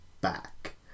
back